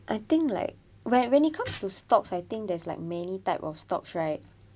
I think like when when it comes to stocks I think there's like many type of stocks right